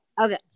Okay